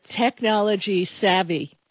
technology-savvy